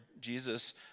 Jesus